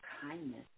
kindness